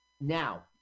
Now